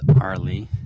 arlie